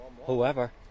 whoever